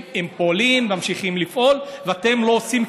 הם פועלים, ממשיכים לפעול, ואתם לא עושים,